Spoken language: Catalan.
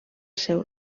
seu